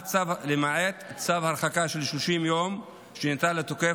למעט צו הרחקה של 30 יום שניתן לתוקף,